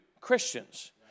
Christians